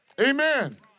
Amen